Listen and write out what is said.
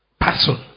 person